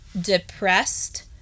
depressed